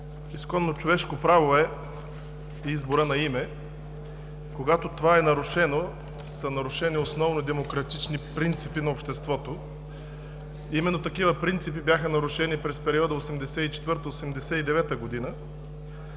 Изконно човешко право е изборът на име. Когато това е нарушено, са нарушени основни демократични принципи на обществото. Именно такива принципи бяха нарушени през периода 1984 – 1989 г.